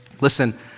Listen